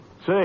Say